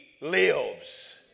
lives